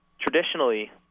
traditionally